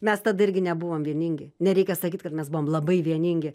mes tada irgi nebuvom vieningi nereikia sakyt kad mes buvom labai vieningi